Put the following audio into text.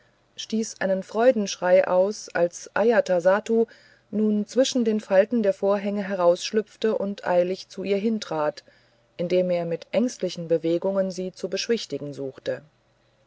stieß einen freudenschrei aus als ajatasattu nun zwischen den falten der vorhänge herausschlüpfte und eilig zu ihr trat indem er mit ängstlichen bewegungen sie zu beschwichtigen suchte